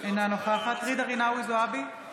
אינה נוכחת ג'ידא רינאוי זועבי,